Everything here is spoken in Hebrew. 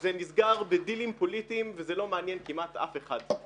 זה נסגר בדילים פוליטיים וזה לא מעניין כמעט אף אחד.